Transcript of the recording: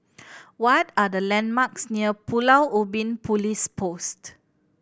what are the landmarks near Pulau Ubin Police Post